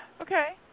Okay